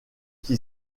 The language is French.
qui